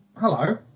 Hello